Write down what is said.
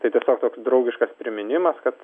tai tiesiog toks draugiškas priminimas kad